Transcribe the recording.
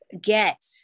get